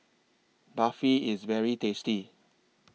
Barfi IS very tasty